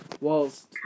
whilst